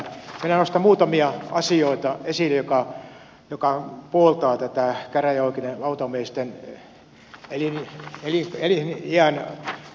minä nostan esiin muutamia asioita jotka puoltavat tätä käräjäoikeuden lautamiesten ikärajan korottamista